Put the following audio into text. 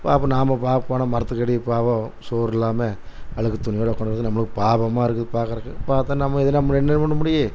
பார்ப்போம் நாம் பார்ப்போம் மரத்துக்கடியில பாவம் சோறு இல்லாமல் அழுக்கு துணியோட உட்காந்துக்குறது நம்மளுக்கு பாவமாக இருக்குது பார்க்கறக்கு பார்த்தா நம்ம இது நம்ம என்ன பண்ண முடியும்